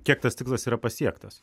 kiek tas tikslas yra pasiektas